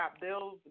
bills